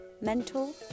mental